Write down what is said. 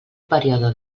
període